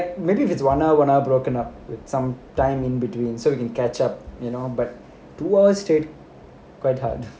like maybe if it's one hour one hour broken up with some time in between so you can catch up you know but two hours straight quite hard